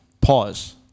pause